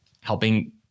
helping